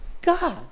God